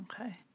Okay